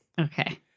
Okay